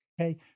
Okay